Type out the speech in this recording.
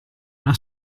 una